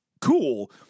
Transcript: cool